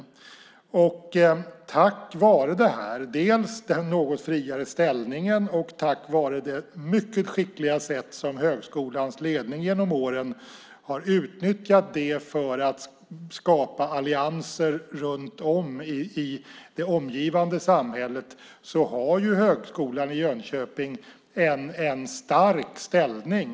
Tack vare dels den något friare ställningen, dels det mycket skickliga sätt som högskolans ledning genom åren har utnyttjat den för att skapa allianser runt om i det omgivande samhället har Högskolan i Jönköping en stark ställning.